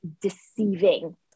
deceiving